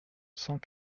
cent